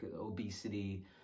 obesity